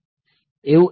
એવું એઝંપશન છે કે PSW